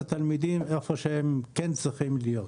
התלמידים איפה שהם כן צריכים להיות.